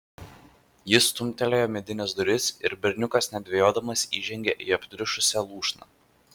jis stumtelėjo medines duris ir berniukas nedvejodamas įžengė į aptriušusią lūšną